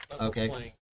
okay